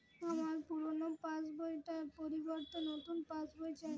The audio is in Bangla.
আমার পুরানো পাশ বই টার পরিবর্তে নতুন পাশ বই চাই